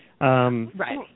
Right